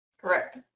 Correct